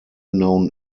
known